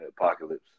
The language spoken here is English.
apocalypse